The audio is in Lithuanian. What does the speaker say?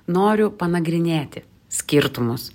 noriu panagrinėti skirtumus